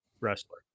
wrestler